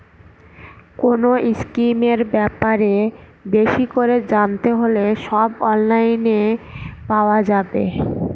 কোনো স্কিমের ব্যাপারে বেশি করে জানতে হলে সব অনলাইনে পাওয়া যাবে